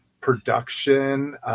production